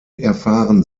erfahren